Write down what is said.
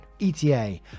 ETA